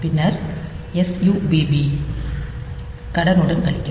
பின்னர் SUBB கடன் உடன் கழிக்கவும்